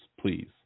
please